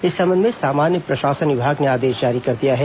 इस संबंध में सामान्य प्रशासन विभाग ने आदेश जारी कर दिया है